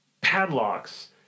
padlocks